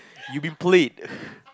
you've been played